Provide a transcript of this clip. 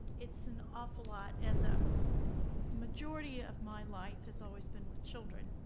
it's an awful lot, as um a majority of my life has always been with children,